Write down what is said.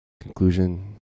conclusion